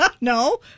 No